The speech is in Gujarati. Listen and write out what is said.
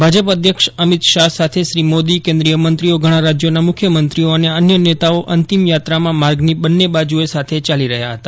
ભાજપ અધ્યક્ષ અમિત શાહ સાથે શ્રી યોદી કેન્દ્રીય થંત્રીઓ ઘણાં રાજ્યો ના મુખ્યમંત્રીઓ અને અન્ય નેતાઓ અંતિમ યાત્રામાં માર્ગની બંને બાજૂએ સાથે ચાલી રહ્યા હતા